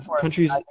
countries